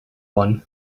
one